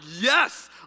yes